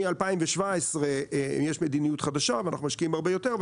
מ-2017 יש מדיניות חדשה ואנחנו משקיעים הרבה יותר,